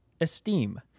Esteem